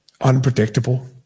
Unpredictable